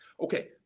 Okay